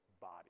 body